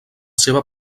seva